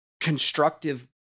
constructive